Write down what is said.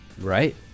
right